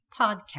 Podcast